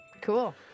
Cool